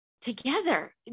together